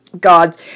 gods